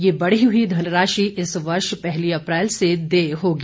ये बढ़ी हुई धनराशि इस वर्ष पहली अप्रैल से देय होगी